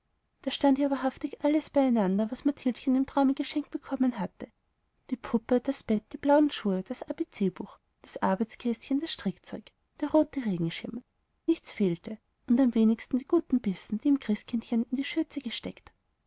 da stand ja wahrhaftig alles beieinander was mathildchen im traume geschenkt bekommen hatte die puppe das bett die blauen schuhe das abcbuch das arbeitskästchen das strickzeug der rote regenschirm nichts fehlte und am wenigsten die guten bissen die ihm christkindchen in die schürze gesteckt